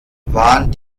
waren